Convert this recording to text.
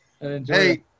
Hey